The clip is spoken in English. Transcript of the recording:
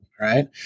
right